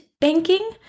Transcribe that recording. banking